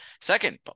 second